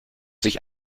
sich